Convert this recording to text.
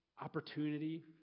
opportunity